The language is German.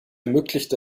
ermöglicht